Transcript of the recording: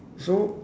so